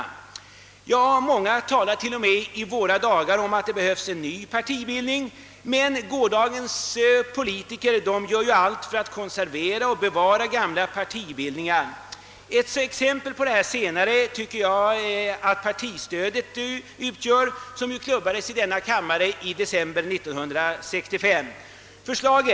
Många väljare talar t.o.m. om att det behövs en ny partibildning, medan gårdagens politiker gör allt för att konservera och bevara gamla partibildningar. Ett exempel på detta senare är det partistöd som i december 1965 klubbades i riksdagen.